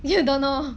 you don't know